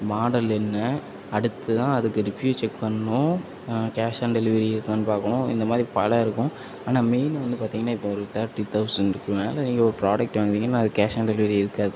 model என்ன அடுத்து தான் அதுக்கு ரிவியூ செக் பண்ணும் கேஷ் ஆன் டெலிவரி இருக்கான்னு பார்க்கணும் இந்த மாரி பல இருக்கும் ஆனால் மெயின் வந்து பார்த்திங்கன்னா இப்போ ஒரு தர்ட்டி தொளசண்டுக்கு மேலே நீங்கள் ஒரு ப்ராடக்ட் வாங்குறீங்கன்னா அதுக்கு கேஷ் ஆன் டெலிவரி இருக்காது